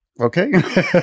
Okay